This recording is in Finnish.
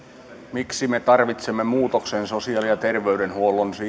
miksi me tarvitsemme muutoksen siihen sosiaali ja terveydenhuollon